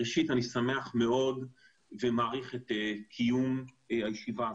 ראשית אני שמח מאוד ומעריך את קיום הישיבה הזאת,